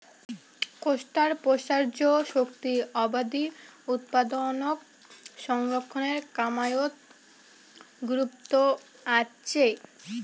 কোষ্টার প্রসার্য শক্তি আবাদি উৎপাদনক সংরক্ষণের কামাইয়ত গুরুত্ব আচে